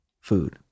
food